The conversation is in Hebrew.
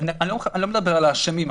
אני לא מדבר על האשמים.